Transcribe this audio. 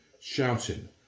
shouting